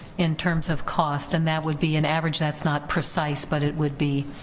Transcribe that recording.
in terms of cost, and that would be an average, that's not precise, but it would be